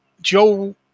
Joe